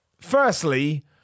Firstly